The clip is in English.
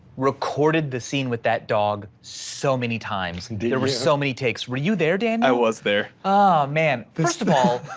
recorded the scene with that dog so many times. and there were so many takes, were you there, dan? i was there. oh, man, first of all,